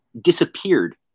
disappeared